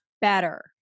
better